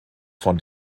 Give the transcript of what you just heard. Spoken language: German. von